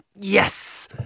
yes